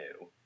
new